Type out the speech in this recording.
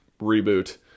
reboot